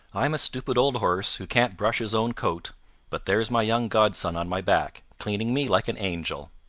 i'm a stupid old horse, who can't brush his own coat but there's my young godson on my back, cleaning me like an angel.